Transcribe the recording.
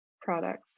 products